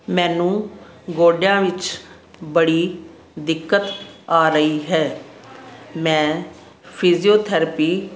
ਮੈਨੂੰ ਗੋਡਿਆਂ ਵਿੱਚ ਬੜੀ ਦਿੱਕਤ ਆ ਰਹੀ ਹੈ ਮੈਂ ਫਿਜੀਓਥਰੈਪੀ